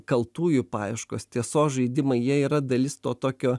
kaltųjų paieškos tiesos žaidimai jie yra dalis to tokio